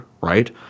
right